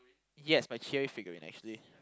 yes my figurine actually